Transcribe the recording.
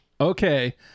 okay